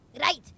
Right